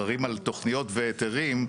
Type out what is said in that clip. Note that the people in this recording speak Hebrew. עררים על תוכניות והיתרים,